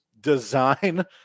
design